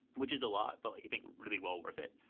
which is a lot, but like i think really well worth it.